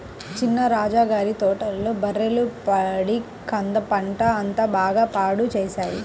నిన్న రాజా గారి తోటలో బర్రెలు పడి కంద పంట అంతా బాగా పాడు చేశాయి